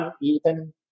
uneven